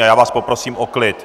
A já vás poprosím o klid.